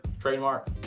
trademark